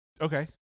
okay